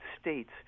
States